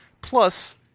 Plus